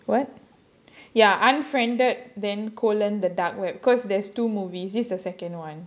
what ya unfriended then colon the dark web because there's two movies this the second one